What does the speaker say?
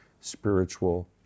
spiritual